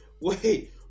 wait